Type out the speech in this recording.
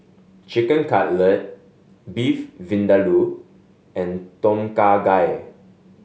Chicken Cutlet Beef Vindaloo and Tom Kha Gai